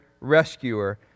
rescuer